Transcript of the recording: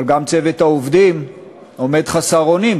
אבל גם צוות העובדים עומד חסר אונים,